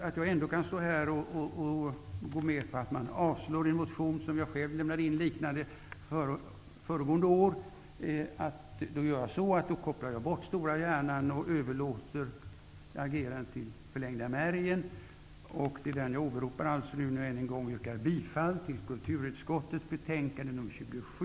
Att jag ändå kan gå med på att man avstyrker en motion, när jag själv föregående år väckte en liknande motion, beror på att jag kopplar bort stora hjärnan och överlåter agerandet åt förlängda märgen. Det är alltså förlängda märgen som jag åberopar nu när jag än en gång yrkar bifall till hemställan i kulturutskottets betänkande nr 27.